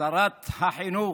שרת החינוך.